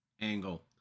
angle